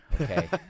Okay